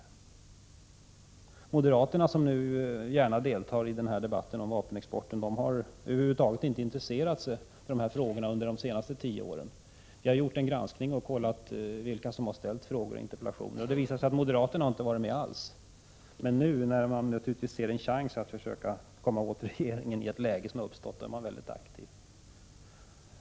Moderaterna, som nu gärna deltar i debatten om vapenexporten, har på tio år över huvud taget inte intresserat sig för frågan. Jag har gjort en granskning av vilka som har ställt frågor och interpellerat, och moderaterna har inte varit med alls. Men nu, i ett läge då man ser en chans att komma åt regeringen, är man aktiv.